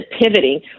pivoting